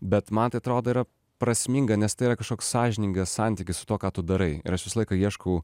bet man tai atrodo yra prasminga nes tai yra kažkoks sąžiningas santykis su tuo ką tu darai ir aš visą laiką ieškau